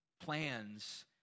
plans